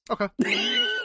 Okay